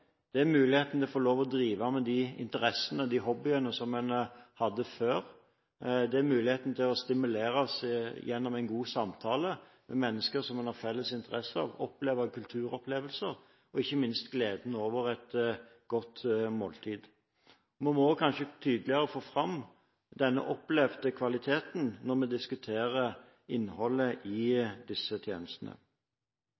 Det er muligheten til å få lov til å drive med de interessene, de hobbyene en hadde før. Det er muligheten til å stimuleres gjennom en god samtale med mennesker som en har felles interesser med, få kulturopplevelser og ikke minst oppleve gleden over et godt måltid. Vi må kanskje også tydeligere få fram denne opplevde kvaliteten når vi diskuterer innholdet i